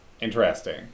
Interesting